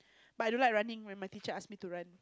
but I don't like running when my teacher ask me to run